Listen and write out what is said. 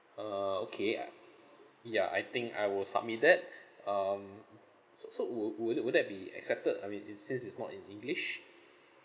uh okay ya I think I will submit that um so so wou~ would it would that be accepted I mean i~ since it's not in english